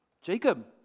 Jacob